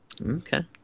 Okay